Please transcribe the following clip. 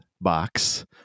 box